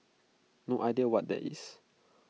no idea what that is